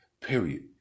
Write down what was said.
period